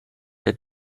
did